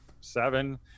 seven